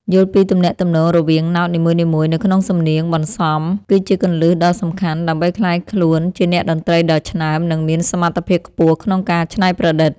យល់ពីទំនាក់ទំនងរវាងណោតនីមួយៗនៅក្នុងសំនៀងបន្សំគឺជាគន្លឹះដ៏សំខាន់ដើម្បីក្លាយខ្លួនជាអ្នកតន្ត្រីដ៏ឆ្នើម និងមានសមត្ថភាពខ្ពស់ក្នុងការច្នៃប្រឌិត។